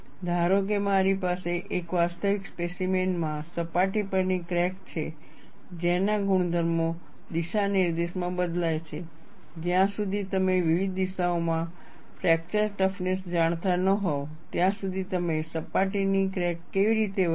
ધારો કે મારી પાસે એક વાસ્તવિક સ્પેસીમેન માં સપાટી પરની ક્રેક છે જેના ગુણધર્મો દિશા નિર્દેશમાં બદલાય છે જ્યાં સુધી તમે વિવિધ દિશાઓમાં ફ્રેક્ચર ટફનેસ જાણતા ન હોવ ત્યાં સુધી તમે સપાટીની ક્રેક કેવી રીતે વધશે